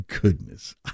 goodness